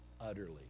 utterly